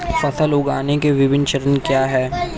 फसल उगाने के विभिन्न चरण क्या हैं?